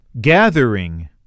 gathering